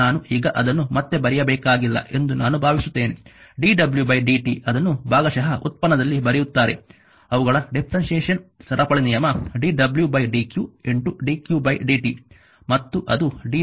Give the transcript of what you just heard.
ನಾನು ಈಗ ಅದನ್ನು ಮತ್ತೆ ಬರೆಯಬೇಕಾಗಿಲ್ಲ ಎಂದು ನಾನು ಭಾವಿಸುತ್ತೇನೆ dw dt ಅದನ್ನು ಭಾಗಶಃ ಉತ್ಪನ್ನದಲ್ಲಿ ಬರೆಯುತ್ತಾರೆ ಅವುಗಳ ಡಿಫ್ಫೆರೆಂಟಿಯೇಷನ್ ಸರಪಳಿ ನಿಯಮ dw dq dq dt